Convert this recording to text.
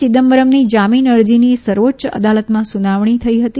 ચિદમ્બરમની જામીન અરજીની સર્વોચ્ય અદાલતમાં સુનાવણી થઇ હતી